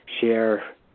share